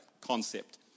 concept